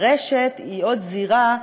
הרשת היא עוד זירה,